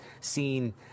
seen